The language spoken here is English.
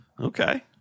Okay